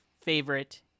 favorite